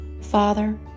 father